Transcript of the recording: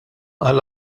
għall